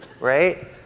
right